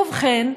ובכן,